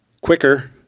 quicker